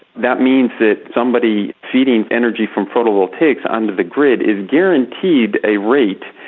that means that somebody feeding energy from photovoltaics onto the grid is guaranteed a rate,